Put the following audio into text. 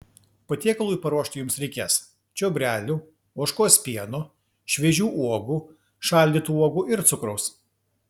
patiekalui paruošti jums reikės čiobrelių ožkos pieno šviežių uogų šaldytų uogų ir cukraus